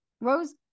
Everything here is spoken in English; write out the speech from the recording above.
Rose